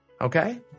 Okay